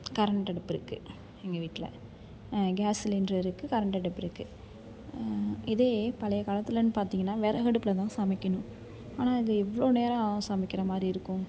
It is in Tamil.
கரண்ட் அடுப்பு இருக்குது எங்கள் வீட்டில் கேஸ் சிலிண்ட்ரு இருக்குது கரண்ட் அடுப்பு இருக்குது இதே பழைய காலத்திலன்னு பார்த்திங்கன்னா விறகு அடுப்பில் தான் சமைக்கணும் ஆனால் அது எவ்வளோ நேரம் சமைக்கிற மாதிரி இருக்கும்